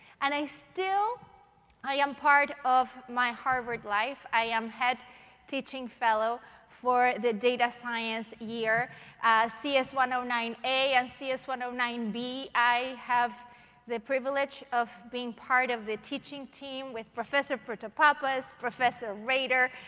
and i still i am part of my harvard life. i am head teaching fellow for the data science year c s one zero ah nine a and c s one zero nine b. i have the privilege of being part of the teaching team with professor protopapas, professor rader,